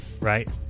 right